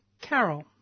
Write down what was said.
Carol